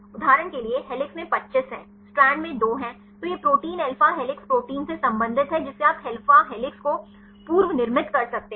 उदाहरण के लिए हेलिक्स में 25 हैं स्ट्रैंड में 2 हैं तो यह प्रोटीन अल्फा हेलिक्स प्रोटीन से संबंधित है जिसे आप अल्फा हेलिक्स को पूर्वनिर्मित कर सकते हैं